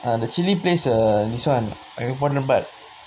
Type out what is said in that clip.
ya the chili place ah this [one] quite lebih